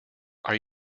are